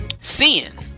sin